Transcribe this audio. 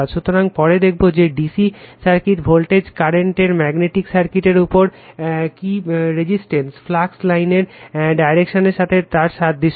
সুতরাং পরে দেখব যে DC সার্কিট ভোল্টেজ কারেন্ট এর ম্যাগনেটিক সার্কিটের উপর কি রেজিস্ট্যান্স ফ্লাক্স লাইনের ডিরেকশন সাথে তার সাদৃশ্য